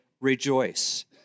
rejoice